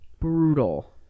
brutal